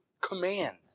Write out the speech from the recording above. command